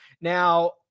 now